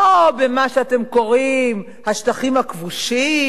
לא במה שאתם קוראים "השטחים הכבושים",